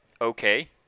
okay